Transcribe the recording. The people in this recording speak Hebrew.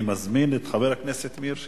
אני מזמין את חבר הכנסת מאיר שטרית,